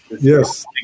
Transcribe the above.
Yes